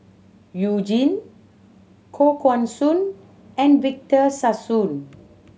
You Jin Koh Guan Song and Victor Sassoon